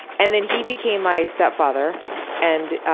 and then he became my step-father and.